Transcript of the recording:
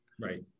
Right